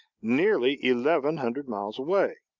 nearly eleven hundred miles away.